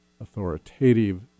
authoritative